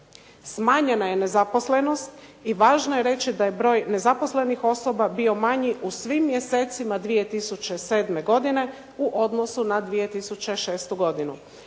Smanjena je nezaposlenost i važno je reći da je broj nezaposlenih osoba bio manji u svim mjesecima 2007. godine u odnosu na 2006. godinu.